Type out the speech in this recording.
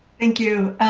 thank you.